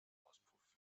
auspuff